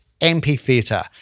amphitheatre